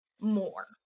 more